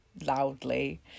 loudly